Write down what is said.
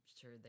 sure